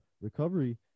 recovery